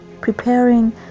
preparing